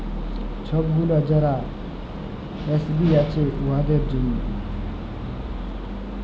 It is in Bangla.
ছব গুলা যারা এস.সি আছে উয়াদের জ্যনহে